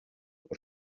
por